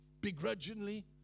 begrudgingly